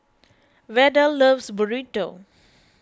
Verdell loves Burrito